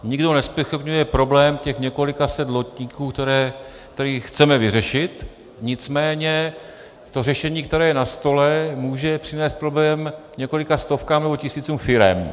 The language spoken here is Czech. Nikdo nezpochybňuje problém těch několika set lodníků, který chceme vyřešit, nicméně to řešení, které je na stole, může přinést problém několika stovkám nebo tisícům firem.